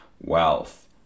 Wealth